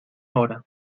hora